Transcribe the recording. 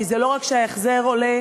כי זה לא רק שההחזר עולה,